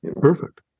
Perfect